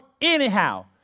anyhow